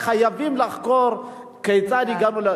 חייבים לחקור כיצד הגענו לכך.